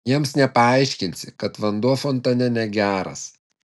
jiems nepaaiškinsi kad vanduo fontane negeras